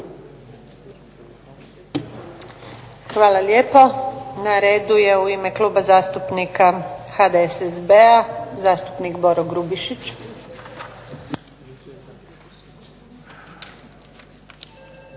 Hvala lijepo. Na redu je u ime Kluba zastupnika HDSSB-a zastupnik Boro Grubišić.